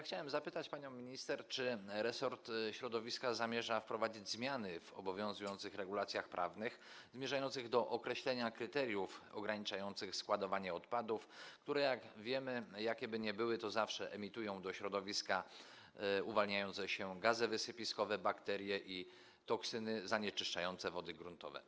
Chciałem zapytać panią minister: Czy resort środowiska zamierza wprowadzić zmiany w obowiązujących regulacjach prawnych zmierzające do określenia kryteriów ograniczających składowanie odpadów, które, jak wiemy, jakiekolwiek by były, to zawsze emitują do środowiska uwalniające się gazy wysypiskowe, bakterie i toksyny zanieczyszczające wody gruntowe?